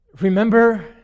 Remember